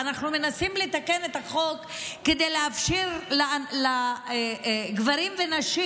ואנחנו מנסים לתקן את החוק כדי לאפשר לגברים ונשים